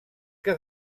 que